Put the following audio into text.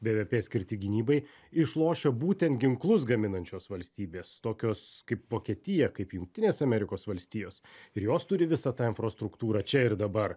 bvp skirti gynybai išlošia būtent ginklus gaminančios valstybės tokios kaip vokietija kaip jungtinės amerikos valstijos ir jos turi visą tą infrastruktūrą čia ir dabar